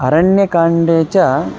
अरण्यकाण्डे च